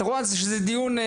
את רואה שזה דיון.